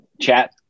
Chat